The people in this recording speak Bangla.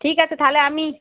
ঠিক আছে তাহলে আমি